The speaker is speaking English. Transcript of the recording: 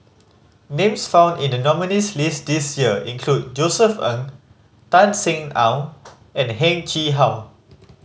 names found in the nominees' list this year include Josef Ng Tan Sin Aun and Heng Chee How